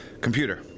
Computer